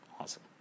Awesome